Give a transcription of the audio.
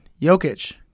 Jokic